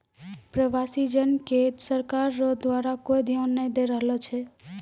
प्रवासी जन के सरकार रो द्वारा कोय ध्यान नै दैय रहलो छै